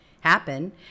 happen